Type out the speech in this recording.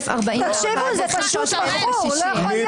--- 23,001 עד 23,020. מי בעד?